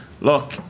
Look